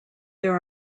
there